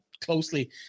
closely